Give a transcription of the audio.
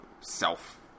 self